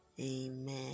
amen